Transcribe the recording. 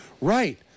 Right